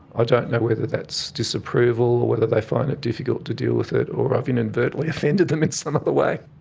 don't know whether that's disapproval or whether they find it difficult to deal with it, or i have inadvertently offended them in some other way.